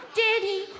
daddy